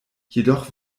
jedoch